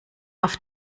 auf